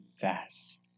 fast